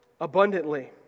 abundantly